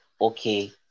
okay